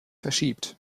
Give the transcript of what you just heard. verschiebt